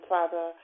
Father